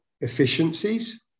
efficiencies